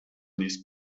this